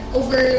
over